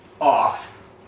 off